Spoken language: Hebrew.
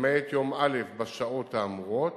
למעט יום א' בשעות האמורות,